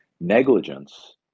negligence